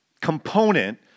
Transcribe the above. component